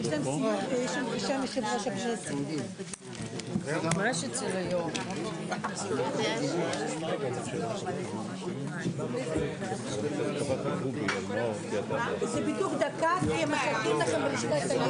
הישיבה ננעלה בשעה 13:22.